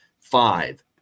five